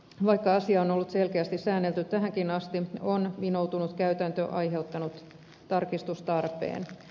vaikka asia on ollut selkeästi säännelty tähänkin asti on vinoutunut käytäntö aiheuttanut tarkistustarpeen